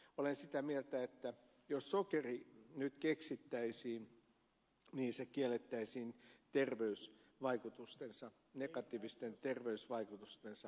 olen sitä mieltä että jos sokeri nyt keksittäisiin se kiellettäisiin negatiivisten terveysvaikutustensa vuoksi